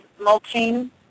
mulching